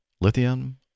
lithium